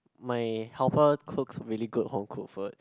my helper cooks really good home cooked food